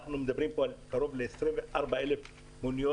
אנחנו מדברים כאן על קרוב ל-24,000 מוניות